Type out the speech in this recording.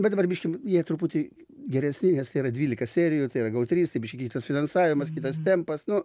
bet dabar biškį jie truputį geresni nes tai yra dvylika serijų tai yra gou trys tai biškį kitas finansavimas kitas tempas nu